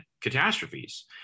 catastrophes